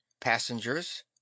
passengers